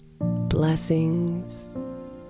Blessings